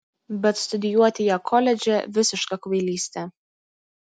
bet studijuoti ją koledže visiška kvailystė